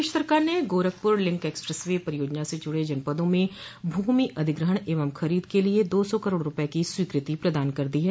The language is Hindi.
प्रदेश सरकार ने गोरखपुर लिंक एक्सप्रेस वे परियोजना से जुड़े जनपदों में भूमि अधिग्रहण एवं खरीद के लिये दो सौ करोड़ रूपये की स्वीकृति प्रदान कर दी है